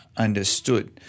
understood